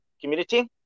community